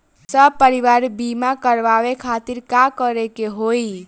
सपरिवार बीमा करवावे खातिर का करे के होई?